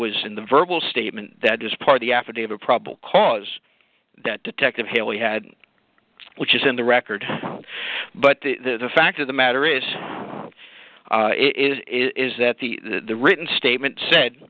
was in the verbal statement that is part of the affidavit of probable cause that detective haley had which is in the record but the fact of the matter is is is that the the written statement